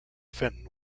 fenton